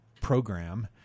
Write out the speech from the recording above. program